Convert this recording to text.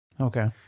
Okay